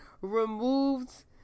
removed